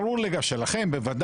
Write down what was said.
ברור לי גם שלכם בוודאי.